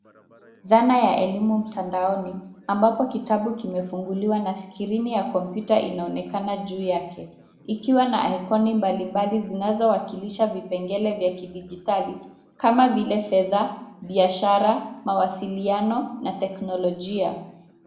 Zana ya elimu mtandaoni, ambapo kitabu kimefunguliwa na skirini ya kompyuta inaonekana juu yake, ikiwa na ikoni mbalimbali zinazowakilisha vipengele vya kidijitali kama vile fedha, biashara mawawasiliano na teknolojia.